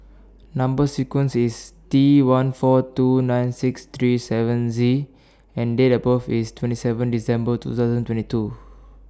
Number sequence IS T one four two nine six three seven Z and Date of birth IS twenty seven December two thousand and twenty two